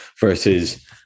versus